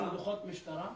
זה של דוחות משטרה?